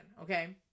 okay